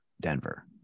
denver